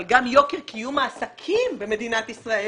אבל גם יוקר קיום העסקים במדינת ישראל